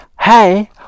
Hey